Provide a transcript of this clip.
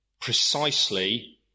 precisely